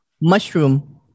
Mushroom